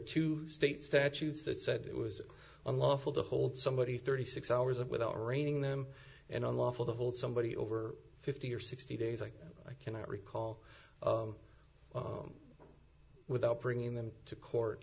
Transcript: two state statutes that said it was unlawful to hold somebody thirty six hours of without raining them and unlawful to hold somebody over fifty or sixty days like i cannot recall without bringing them to court